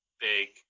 big